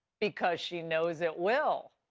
because she knows it will.